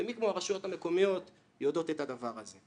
ומי כמו הרשויות המקומיות יודעות את הדבר הזה.